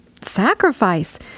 sacrifice